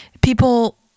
people